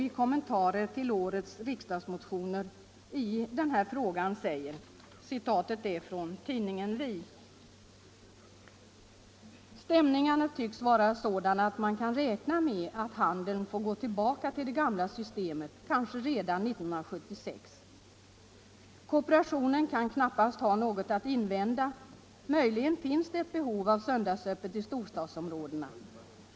I kommentaren till årets riksdagsmotioner i denna fråga säger man nu i tidningen Vi: ”Stämningarna tycks vara sådana att man kan räkna med att handeln får gå tillbaka till det gamla systemet kanske redan 1976. Kooperationen kan knappast ha något att invända — möjligen finns det ett särskilt behov av söndagsöppet i storstadsområdena.